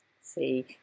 See